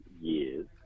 years